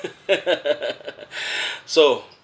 so